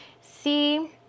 see